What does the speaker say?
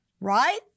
Right